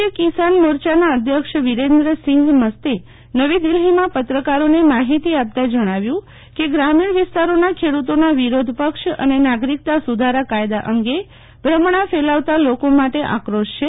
ભારતીય કિસાન મોરચાના અધ્યક્ષ વિરેન્દ્ર સિંઘ મસ્તે નવી દિલ્ફીમાં પત્રકારોને માહિતી આપતા જણાવ્યું કે ગ્રામીણ વિસ્તારોના ખેડૂતોના વિરોધ પક્ષ અને નાગરીકતા સુધારા કાયદા અંગે ભ્રમણા ફેલાવતા લોકો માટે આક્રોશ છે